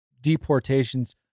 deportations